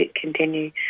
continue